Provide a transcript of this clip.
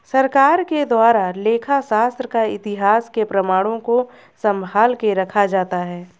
सरकार के द्वारा लेखा शास्त्र का इतिहास के प्रमाणों को सम्भाल के रखा जाता है